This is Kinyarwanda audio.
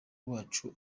wacu